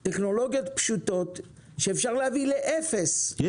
יש טכנולוגיות פשוטות שבאמצעותן אפשר להביא לאפס את שכחת הילדים באוטו.